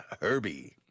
herbie